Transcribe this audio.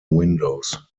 windows